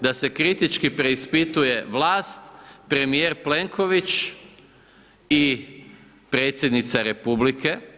da se kritički preispituje vlast, premijer Plenković i predsjednica Republike?